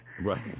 right